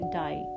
die